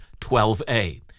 12a